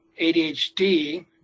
ADHD